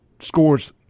scores